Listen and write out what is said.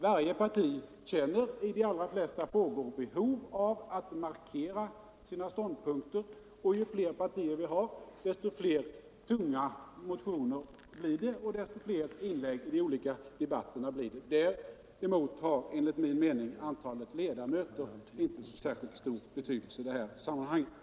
Varje parti känner i de flesta frågor behov av att markera sina ståndpunkter, och ju fler partier det finns desto fler tunga motioner = Riksdagens blir det och desto fler inlägg görs i olika debatter. Däremot har enligt min - ledamotsantal mening antalet ledamöter inte särskilt stor betydelse för arbetsbelastningen.